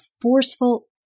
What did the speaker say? forceful